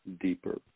deeper